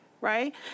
Right